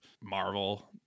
marvel